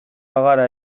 bagara